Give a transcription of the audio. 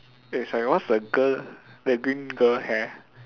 eh sorry what's the girl that green girl hair